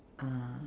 uh